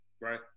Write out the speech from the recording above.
Right